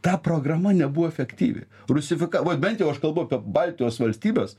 ta programa nebuvo efektyvi rusifika vat bent jau aš kalbu apie baltijos valstybes